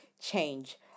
change